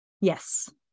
Yes